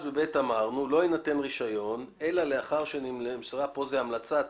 ב-(ב) אמרנו שלא יינתן רישיון אלא לאחר שנמסרה המלצת